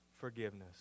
forgiveness